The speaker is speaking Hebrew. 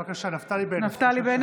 בבקשה, נפתלי בנט.